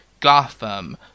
Gotham